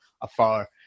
afar